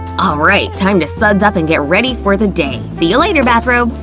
alright, time to suds up and get ready for the day. see ya later, bathrobe!